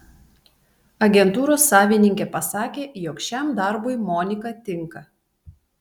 agentūros savininkė pasakė jog šiam darbui monika tinka